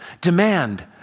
Demand